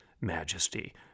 majesty